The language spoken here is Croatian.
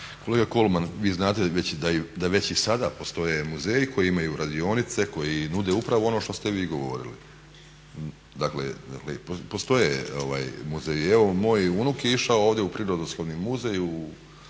Kolega Kolman, vi znate da je već i sada postoje muzeji koji imaju radionice, koji nude upravo ono što ste vi govorili. Dakle, postoje muzeji, evo moj unuk je išao ovdje u Prirodoslovni muzej